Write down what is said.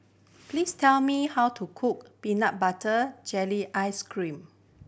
please tell me how to cook peanut butter jelly ice cream